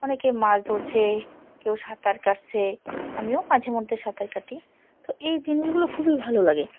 অনেকে মাছ ধরছে কেউ সাঁতার কাটছে আমিও মাঝে মধ্যে সাঁতার কাটি তো এই জিনিসগুলো খুবই ভালো লাগে